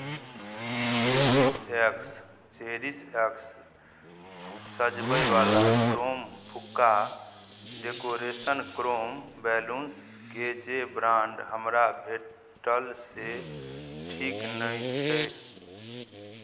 cherish X Cherish X सजबयवला chrome फुक्का decoration chrome बैलून्सके जे ब्राण्ड हमरा भेटल से ठीक नहि छै